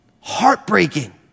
Heartbreaking